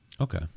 Okay